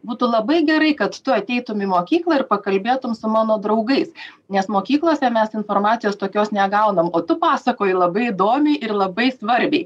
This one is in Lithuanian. būtų labai gerai kad tu ateitum į mokyklą ir pakalbėtum su mano draugais nes mokyklose mes informacijos tokios negaunam o tu pasakoji labai įdomiai ir labai svarbiai